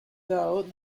though